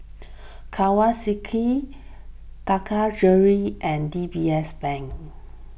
Kawasaki Taka Jewelry and D B S Bank